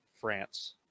France